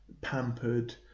pampered